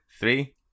Three